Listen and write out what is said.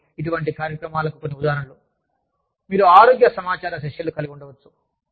కాబట్టి ఇటువంటి కార్యక్రమాలకు కొన్ని ఉదాహరణలు మీరు ఆరోగ్య సమాచార సెషన్లను కలిగి ఉండవచ్చు